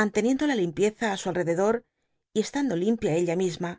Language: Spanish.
manteniendo la limpieza í su al rededor y estando limpia ella misma